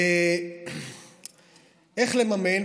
איך לממן,